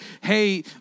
hey